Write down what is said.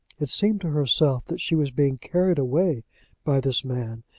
it seemed to herself that she was being carried away by this man,